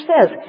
says